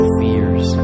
fears